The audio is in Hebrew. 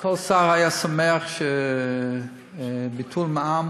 שכל שר היה שמח שביטול מע"מ